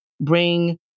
bring